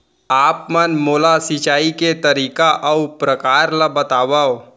आप मन मोला सिंचाई के तरीका अऊ प्रकार ल बतावव?